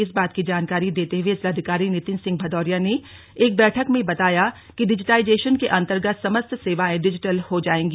इस बात की जानकारी देते हुए जिलाधिकारी नितिन सिंह भदौरिया ने एक बैठक में बताया कि डिजीटाईजेशन के अन्तर्गत समस्त सेवायें डिजीटल हो जायेंगी